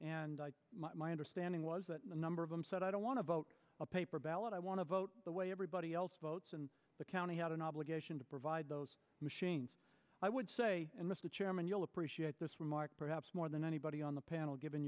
and my understanding was that a number of them said i don't want to vote a paper ballot i want to vote the way everybody else votes and the county had an obligation to provide those machines i would say mr chairman you'll appreciate this remark perhaps more than anybody on the panel given